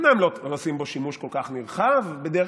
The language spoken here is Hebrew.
אומנם לא עושים בו שימוש כל כך נרחב בדרך